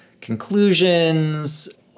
conclusions